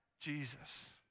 Jesus